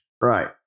Right